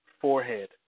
forehead